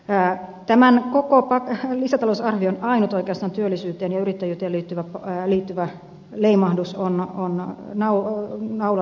oikeastaan tämän koko lisätalousarvion ainut työllisyyteen ja yrittäjyyteen liittyvä leimahdus on hanna nauraa nauraa